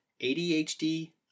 ADHD